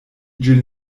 ĝin